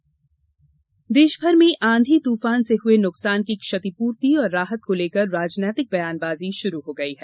सहायता राजनीति देशभर में आंधी तूफान से हुए नुकसान की क्षतिपूर्ति और राहत को लेकर राजनीतिक बयानबाजी शुरू हो गयी है